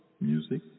music